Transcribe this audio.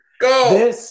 Go